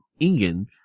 Ingen